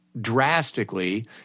drastically